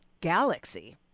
galaxy